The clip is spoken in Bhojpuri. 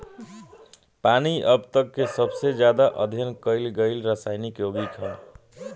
पानी अब तक के सबसे ज्यादा अध्ययन कईल गईल रासायनिक योगिक ह